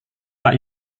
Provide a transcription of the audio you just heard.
pak